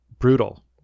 Brutal